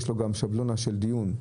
יש לו גם שבלונה של דיון,